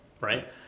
right